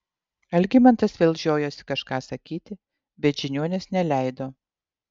algimantas vėl žiojosi kažką sakyti bet žiniuonis neleido